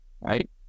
Right